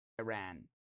Iran